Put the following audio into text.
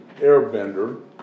Airbender